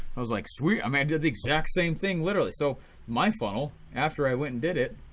i was like sweet, um i did the exact same thing literally. so my funnel after i went and did it